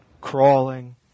crawling